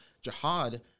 jihad